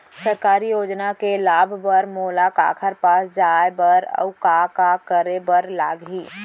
सरकारी योजना के लाभ बर मोला काखर पास जाए बर अऊ का का करे बर लागही?